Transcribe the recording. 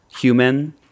human